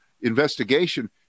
investigation